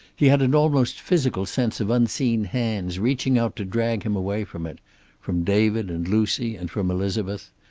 he had an almost physical sense of unseen hands reaching out to drag him away from it from david and lucy, and from elizabeth.